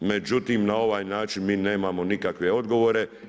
Međutim na ovaj način mi nemamo nikakve odgovore.